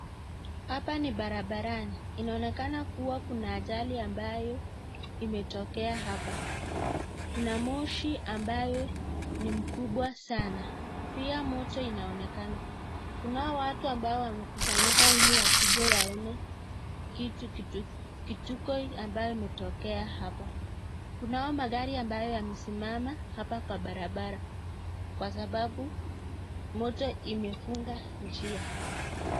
Hapa ni barabarani, inaonekana kuwa kuna ajali ambayo imetokea hapa, kuna mashi ambayo ni mkubwa sana, pia moto inaonekana kuna watu wamekusanyika ili wakuje waone kitukio ambayo imetokea hapa, kunayo magari ambayo yamesimama hapa kwa barabara, kwasababu moto imefunga njia.